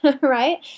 right